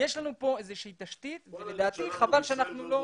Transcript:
יש לנו פה תשתית ולדעתי חבל שאנחנו לא --- בוא